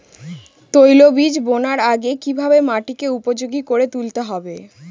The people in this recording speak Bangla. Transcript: তৈলবীজ বোনার আগে কিভাবে মাটিকে উপযোগী করে তুলতে হবে?